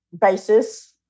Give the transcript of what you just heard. basis